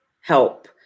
help